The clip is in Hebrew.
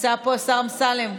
נמצא פה השר אמסלם.